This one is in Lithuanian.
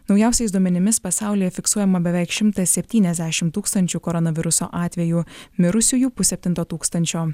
naujausiais duomenimis pasaulyje fiksuojama beveik šimtas septyniasdešimt tūkstančių koronaviruso atvejų mirusiųjų pusseptinto tūkstančio